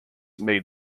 made